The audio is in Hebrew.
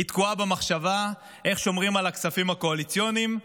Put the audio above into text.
היא תקועה במחשבה איך שומרים על הכספים הקואליציוניים,